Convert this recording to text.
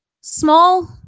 small